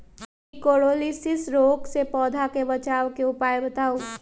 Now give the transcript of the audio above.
निककरोलीसिस रोग से पौधा के बचाव के उपाय बताऊ?